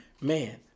Man